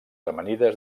amanides